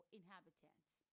inhabitants